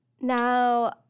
Now